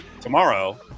tomorrow